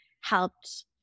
helped